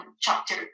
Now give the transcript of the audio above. chapter